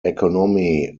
economy